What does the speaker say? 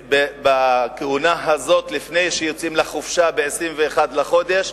ובכהונה הזאת, לפני שיוצאים לחופשה ב-21 בחודש,